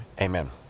Amen